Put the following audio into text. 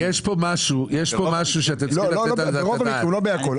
יפה, יש פה משהו שאתם צריכים לתת עליו את הדעת.